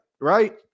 right